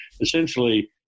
essentially